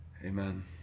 Amen